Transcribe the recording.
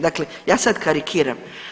Dakle, ja sad karikiram.